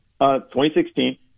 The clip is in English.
2016